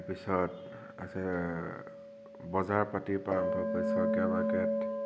তাৰপিছত আছে বজাৰ পাতিৰ পৰা আৰম্ভ কৰি স্বৰ্গীয়া মাৰ্কেট